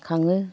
खाङो